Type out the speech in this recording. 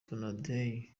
donadei